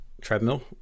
treadmill